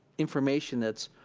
information that's